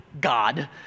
God